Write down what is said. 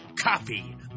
Coffee